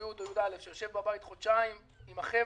י' או י"א שיושב בבית חודשיים עם החבר'ה,